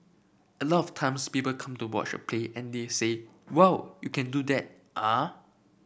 a lot of times people come to watch a play and they say whoa you can do that ah